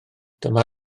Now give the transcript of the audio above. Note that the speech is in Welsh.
dyma